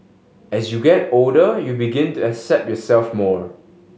as you get older you begin to accept yourself more